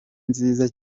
nziza